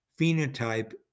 phenotype